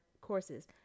courses